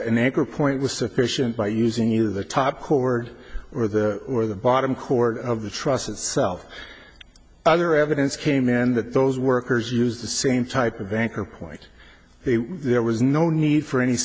an anchor point was sufficient by using you the top cord or the or the bottom cord of the truss itself other evidence came in that those workers use the same type of anchor point there was no need for any